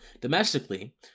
Domestically